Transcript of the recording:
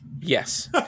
Yes